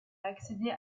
accéder